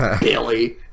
billy